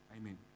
Amen